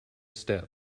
step